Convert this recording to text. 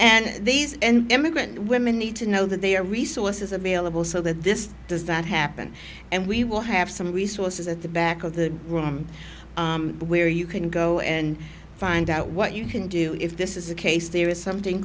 and these immigrant women need to know that they are resources available so that this does that happen and we will have some resources at the back of the room where you can go and find out what you can do if this is the case there is something